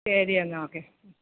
ശരിയെന്നാൽ ഓക്കെ